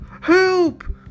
Help